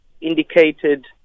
indicated